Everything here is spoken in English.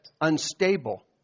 Unstable